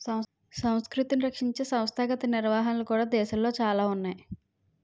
సంస్కృతిని రక్షించే సంస్థాగత నిర్వహణలు కూడా దేశంలో చాలా ఉన్నాయి